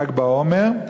ל"ג בעומר,